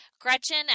Gretchen